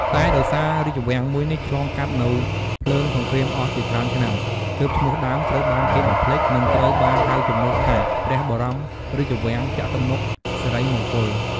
តែដោយសាររាជវាំងមួយនេះឆ្លងកាត់នូវភ្លើងសង្គ្រាមអស់ជាច្រើនឆ្នាំ ទើបឈ្មោះដើមត្រូវបានគេបំភ្លេច និងត្រូវបានហៅជំនួសថា ព្រះបរមរាជវាំងចតុមុខសិរីមង្គល ។